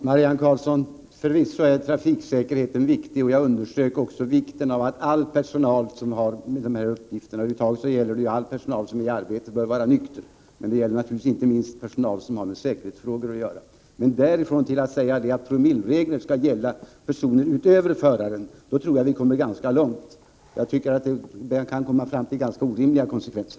Herr talman! Förvisso är trafiksäkerheten viktig, Marianne Karlsson, och jag underströk också angelägenheten av att all personal som arbetar med dessa uppgifter — över huvud taget gäller det all personal som är i arbete — är nykter. Detta gäller naturligtvis inte minst personal som har med säkerhets frågor att göra. Men därifrån och till att säga att promilleregler skall gälla personal utöver föraren är steget långt. Jag tycker att det i så fall kan bli orimliga konsekvenser.